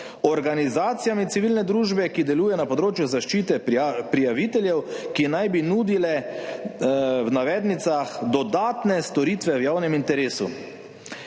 organizacijami civilne družbe, ki delujejo na področju zaščite prijaviteljev, ki naj bi nudile, v navednicah, »dodatne storitve v javnem interesu«.